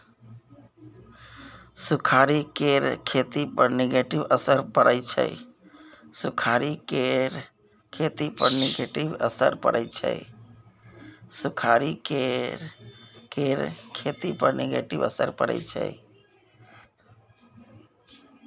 सुखाड़ि केर खेती पर नेगेटिव असर परय छै